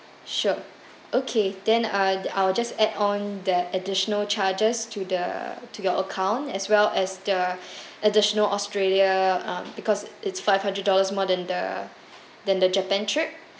sure okay then uh I will just add on the additional charges to the to your account as well as the additional australia um because it's five hundred dollars more than the than the japan trip